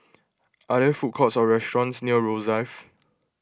are there food courts or restaurants near Rosyth